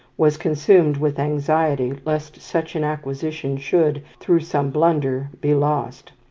was consumed with anxiety lest such an acquisition should, through some blunder, be lost.